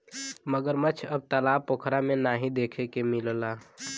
मगरमच्छ अब तालाब पोखरा में नाहीं देखे के मिलला